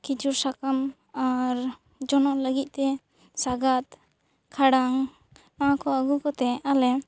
ᱠᱷᱤᱡᱩᱨ ᱥᱟᱠᱟᱢ ᱟᱨ ᱡᱚᱱᱚᱜ ᱞᱟᱹᱜᱤᱫ ᱛᱮ ᱥᱟᱜᱟᱛ ᱠᱷᱟᱲᱟᱝ ᱱᱚᱣᱟ ᱠᱚ ᱟᱹᱜᱩ ᱠᱟᱛᱮ ᱟᱞᱮ